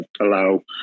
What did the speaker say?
allow